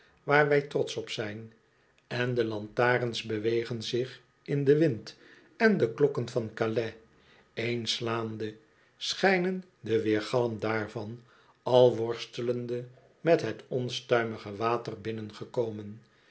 trotsch op zijn en de lantarens bewegen zich in den wind en de klokken van galais één slaande schijnen den weergalm daarvan al worstelende met het onstuimige water